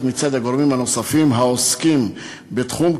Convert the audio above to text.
מצד הגורמים הנוספים העוסקים בתחום,